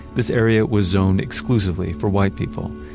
this area was zoned exclusively for white people.